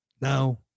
Now